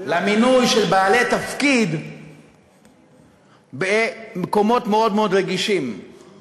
למינוי של בעלי תפקיד במקומות רגישים מאוד מאוד,